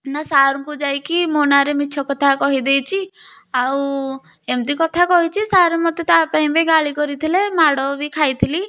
ନା ସାର୍ଙ୍କୁ ଯାଇକି ମୋ ନାରେ ମିଛ କଥା କହିଦେଇଛି ଆଉ ଏମିତି କଥା କହିଛି ସାର୍ ମୋତେ ତା ପାଇଁ ବି ଗାଳି କରିଥିଲେ ମାଡ଼ ବି ଖାଇଥିଲି